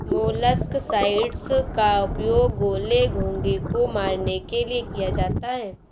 molluscicides का उपयोग गोले, घोंघे को मारने के लिए किया जाता है